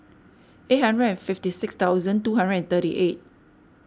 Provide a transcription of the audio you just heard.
eight hundred and fifty six thousand two hundred and thirty eight